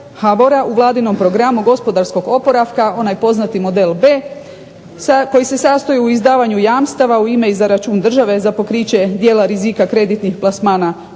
HBOR-a u vladinom programu gospodarskog oporavka onaj poznati model B, koji se sastoji od izdavanja jamstava u ime i za račun države za pokriće dijela rizika kreditnih plasmana